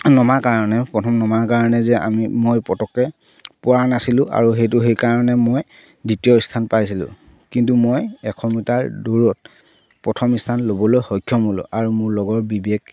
নমা কাৰণে প্ৰথম নমাৰ কাৰণে যে আমি মই পতকে পৰা নাছিলোঁ আৰু সেইটো সেইকাৰণে মই দ্বিতীয় স্থান পাইছিলোঁ কিন্তু মই এশ মিটাৰ দৌৰত প্ৰথম স্থান ল'বলৈ সক্ষম হ'লোঁ আৰু মোৰ লগৰ বিবেক